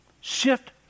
Shift